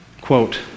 Quote